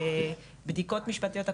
בדיקות משפטיות,